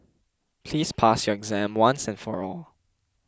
please pass your exam once and for all